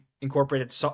incorporated